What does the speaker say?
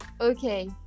Okay